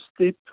step